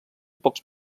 pocs